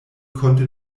konnte